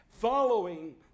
Following